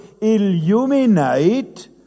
illuminate